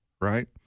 Right